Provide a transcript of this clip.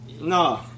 No